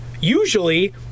usually